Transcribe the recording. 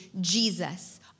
Jesus